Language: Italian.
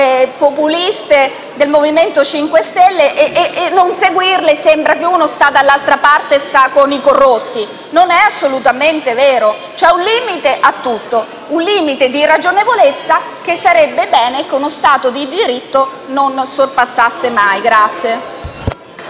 populiste del Movimento 5 Stelle, perché a non seguirle sembra che uno sta dall'altra parte, con i corrotti. Ciò non è assolutamente vero. C'è un limite a tutto, un limite di ragionevolezza che sarebbe bene che uno Stato di diritto non oltrepassasse mai.